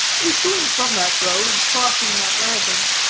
issuing from that road, and crossing that landing,